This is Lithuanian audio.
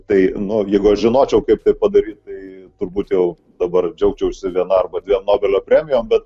tai nu jeigu aš žinočiau kaip tai padaryti tai turbūt jau dabar džiaugčiausi viena arba dviem nobelio premijom bet